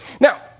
Now